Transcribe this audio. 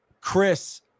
Chris